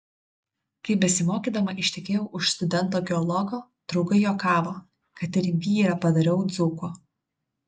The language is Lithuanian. kai besimokydama ištekėjau už studento geologo draugai juokavo kad ir vyrą padariau dzūku